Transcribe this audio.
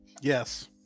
Yes